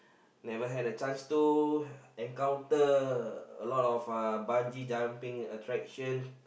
never had a chance to encounter a lot of uh bungee jumping attractions